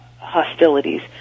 hostilities